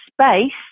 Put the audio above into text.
space